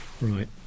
Right